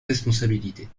responsabilité